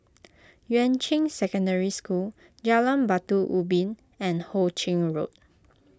Yuan Ching Secondary School Jalan Batu Ubin and Ho Ching Road